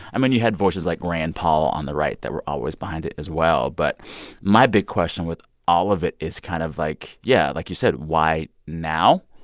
i mean, you had voices like rand paul on the right that were always behind it as well. but my big question with all of it is kind of like yeah like you said, why now?